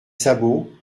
sabots